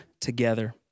together